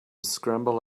scramble